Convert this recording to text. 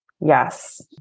Yes